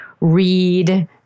read